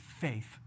faith